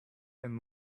and